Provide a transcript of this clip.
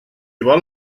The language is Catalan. vol